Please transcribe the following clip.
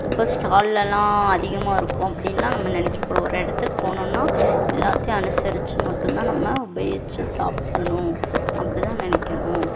இப்போ ஸ்டால்லெலாம் அதிகமாக இருக்கும் அப்படின்லாம் நம்ம நினைக்ககூடாது ஒரு இடத்துக்கு போனோம்னா எல்லாத்தையும் அனுசரித்து மட்டும் தான் நம்ம உபயோகித்து சாப்பிடணும் அப்படி தான் நினைக்கணும்